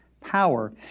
power